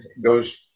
goes